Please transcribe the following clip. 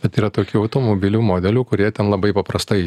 bet yra tokių automobilių modelių kurie ten labai paprastai